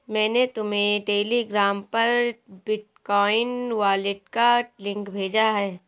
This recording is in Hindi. मैंने तुम्हें टेलीग्राम पर बिटकॉइन वॉलेट का लिंक भेजा है